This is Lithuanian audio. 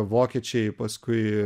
vokiečiai paskui